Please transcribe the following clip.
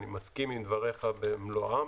אני מסכים עם דבריך במלואם,